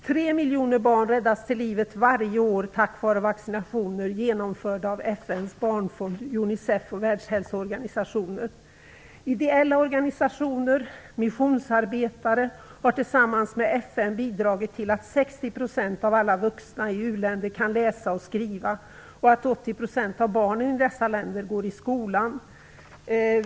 Tre miljoner barn räddas till livet varje år tack vare vaccinationer genomförda av Ideella organisationer och missionsarbetare har tillsammans med FN bidragit till att 60 % av alla vuxna i u-länderna kan läsa och skriva och till att 80 % av barnen i dessa länder går i skolan.